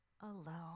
alone